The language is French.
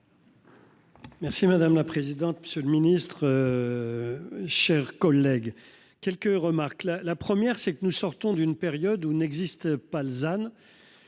Merci madame la présidente. Monsieur le Ministre. Chers collègues, quelques remarques là. La première c'est que nous sortons d'une période où n'existe pas.